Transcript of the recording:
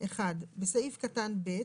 (1) בסעיף קטן (ב),